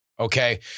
Okay